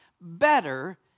better